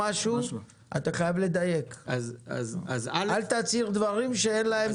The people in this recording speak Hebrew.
אתה חייב לדייק, אל תצהיר דברים שאין להם תיעוד.